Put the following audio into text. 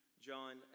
John